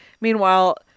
meanwhile